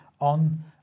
on